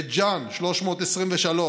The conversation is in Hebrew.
בית ג'ן, 323,